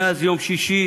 מאז יום שישי,